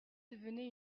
devenait